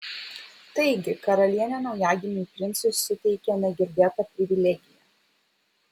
taigi karalienė naujagimiui princui suteikė negirdėtą privilegiją